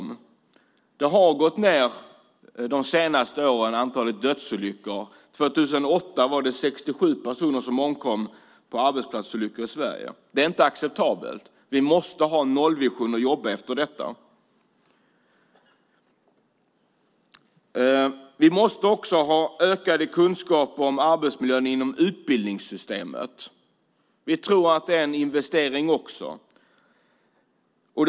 Antalet dödsolyckor har gått ned de senaste åren. År 2008 var det 67 personer som omkom i arbetsplatsolyckor i Sverige. Det är inte acceptabelt. Vi måste ha en nollvision och jobba efter detta. Vi måste också ha ökade kunskaper om arbetsmiljön i utbildningssystemet. Vi tror att också det är en investering.